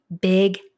big